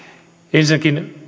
ensinnäkin